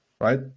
right